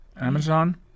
Amazon